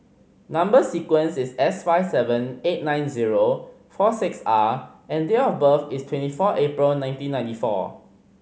number sequence is S five seven eight nine zero four six R and date of birth is twenty four April nineteen ninety four